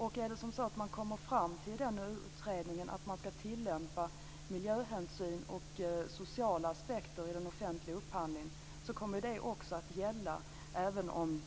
Är det som så att den utredningen kommer fram till att man ska tillämpa miljöhänsyn och sociala aspekter i den offentliga upphandlingen kommer det också att gälla, även om